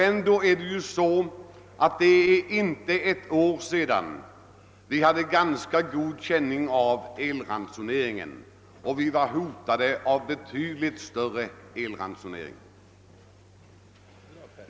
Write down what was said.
Ändå är det inte ens ett år sedan vi hade ganska stark känning av elrestriktioner och stod inför hot om elransonering.